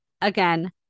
again